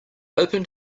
opened